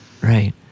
Right